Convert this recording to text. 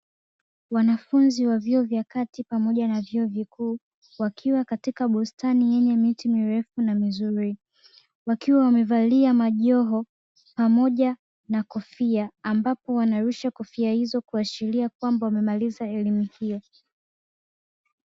Wanafunzi wa vyuo vya kati pamoja na vyuo vikuu wakiwa katika bustani yenye miti mirefu na mizuri, wakiwa wamevalia majoho pamoja na kofia ambapo wanarusha kofia hizo kuashiria kwamba wamemaliza elimu hiyo.